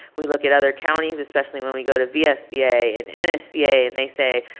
we look at other counties especially when we go to vsba and and nsba and they say,